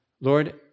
Lord